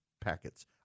packets